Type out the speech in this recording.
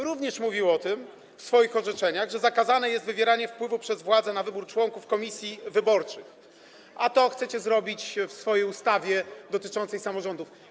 Również mówił w swoich orzeczeniach o tym, że zakazane jest wywieranie wpływu przez władzę na wybór członków komisji wyborczych, a to chcecie zrobić w swojej ustawie dotyczącej samorządów.